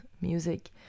music